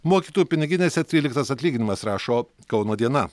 mokytojų piniginėse tryliktas atlyginimas rašo kauno diena